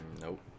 nope